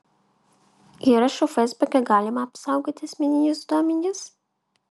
įrašu feisbuke galima apsaugoti asmeninius duomenis